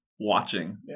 watching